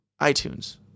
iTunes